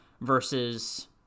versus